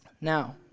Now